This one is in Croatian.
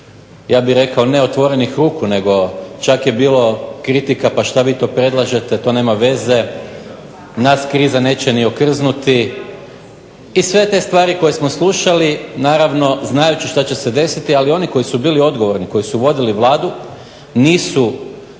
ja bih rekao ne otvorenih ruku, nego čak je bilo kritika što vi to predlažete, to nema veze, nas kriza neće ni okrznuti i sve te stvari koje smo slušali, naravno, znajući što će se događati, ali one koji su bili odgovorni, koji su vodili Vladu nisu